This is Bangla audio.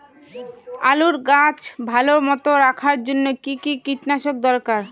আলুর গাছ ভালো মতো রাখার জন্য কী কী কীটনাশক দরকার?